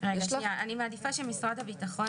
אני מעדיפה שמשרד הביטחון יקרא את זה.